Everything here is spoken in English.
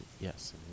Yes